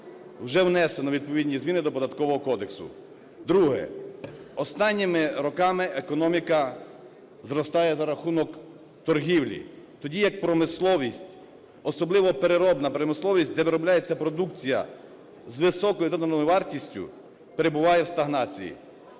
вже внесено відповідні зміни до Податкового кодексу. Друге. Останніми роками економіка зростає за рахунок торгівлі, тоді як промисловість, особливо переробна промисловість, де виробляться продукція з високою доданою вартістю перебуває в стагнації.